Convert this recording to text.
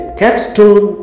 capstone